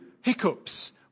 hiccups